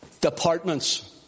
Departments